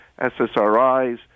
SSRIs